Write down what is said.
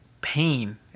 pain